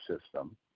system